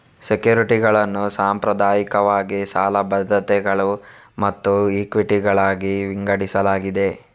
ಸೆಕ್ಯುರಿಟಿಗಳನ್ನು ಸಾಂಪ್ರದಾಯಿಕವಾಗಿ ಸಾಲ ಭದ್ರತೆಗಳು ಮತ್ತು ಇಕ್ವಿಟಿಗಳಾಗಿ ವಿಂಗಡಿಸಲಾಗಿದೆ